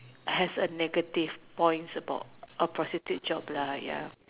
has a negative points about a prostitute jobs ya